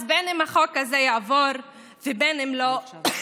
אז בין אם החוק הזה יעבור ובין אם לא,